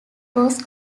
was